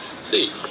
See